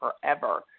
forever